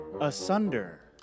Asunder